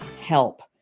Help